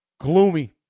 gloomy